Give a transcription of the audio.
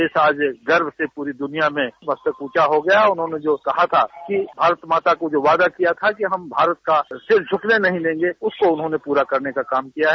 देश आज गर्व से पूरी दुनिया में मस्तक ऊँचा हो गया है और उन्होंने जो कहा था कि भारत माता से जो वादा किया था कि हम भारत का सिर झुकने नहीं देंगे उसको उन्होंने पूरा करने का काम किया है